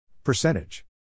Percentage